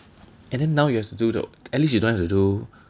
and then now you have to do the at least you don't have to do